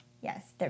Yes